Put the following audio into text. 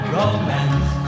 romance